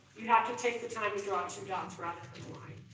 you have to take the time to draw two dots rather